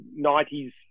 90s